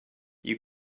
you